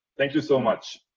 thank you so much.